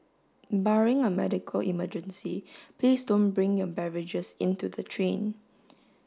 barring a medical emergency please don't bring your beverages into the train